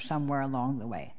somewhere along the way